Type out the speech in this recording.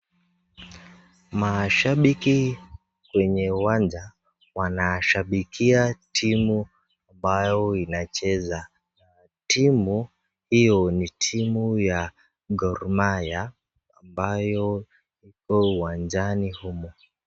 Mashabiki kwenye uwanja wanashabikia timu ambayo inacheza . Timu hiyo ni timu ya Gor Mahia ambayo iko uwanjani humu.